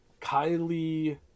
Kylie